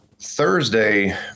Thursday